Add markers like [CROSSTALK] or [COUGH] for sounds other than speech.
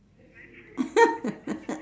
[LAUGHS]